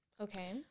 Okay